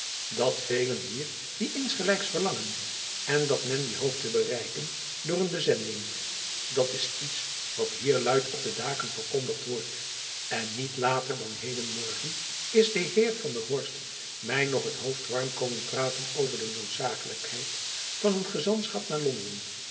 dat velen hier dien insgelijks verlangen en dat men dien hoopt te bereiken door een bezending dat is iets wat hier luid op de daken verkondigd wordt en niet later dan heden morgen is de heer van der horst my nog het hoofd warm komen praten over de noodzakelijkheid van een gezantschap naar londen